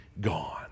gone